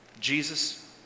Jesus